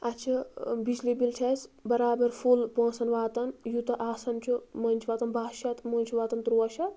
اَسہِ چھِ بِجلی بِل چھِ اَسہِ بَرابَر فُل پونٛسَن واتان یوٗتاہ آسان چھُ مٔنٛزۍ چھُ واتان بَہہ شَتھ مٔنٛزۍ چھُ واتان تُرٛواہ شَتھ